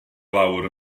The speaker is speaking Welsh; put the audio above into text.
lawr